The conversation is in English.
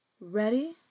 Ready